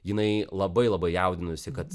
jinai labai labai jaudinosi kad